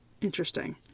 Interesting